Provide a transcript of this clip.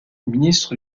ministre